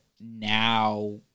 now